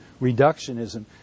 reductionism